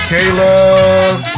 Caleb